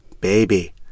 baby